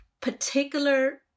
particular